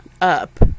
up